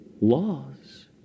laws